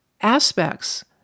aspects